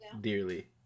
dearly